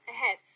Ahead